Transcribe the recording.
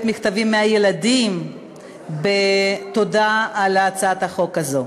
מכתבים מהילדים בתודה על הצעת החוק הזאת.